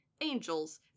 Angels